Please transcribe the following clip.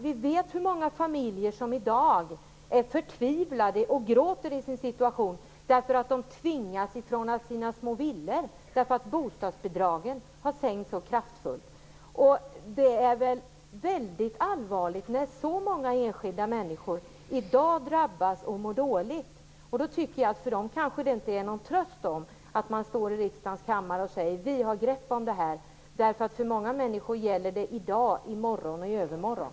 Vi vet hur många familjer som i dag är förtvivlade och gråter över sin situation på grund av att de tvingas ifrån sina små villor därför att bostadsbidragen har sänkts så kraftfullt. Det är väldigt allvarligt att så många enskilda människor i dag drabbas och mår dåligt. För dem är det kanske ingen tröst att man står i riksdagens kammare och säger att man har grepp om situationen. För många människor gäller det i dag, i morgon och i övermorgon.